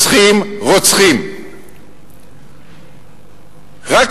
רוצחים, רוצחים.